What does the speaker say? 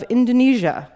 Indonesia